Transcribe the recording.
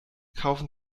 kaufen